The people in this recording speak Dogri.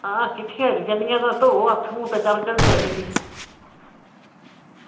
आं धो हत्थ मूंह तां चलचै भी